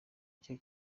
cye